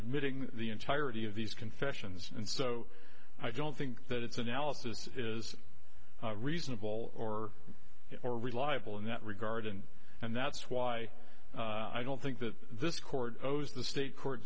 admitting the entirety of these confessions and so i don't think that its analysis is reasonable or more reliable in that regard and and that's why i don't think that this court goes the state court